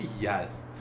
Yes